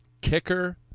Kicker